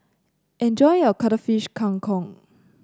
enjoy your Cuttlefish Kang Kong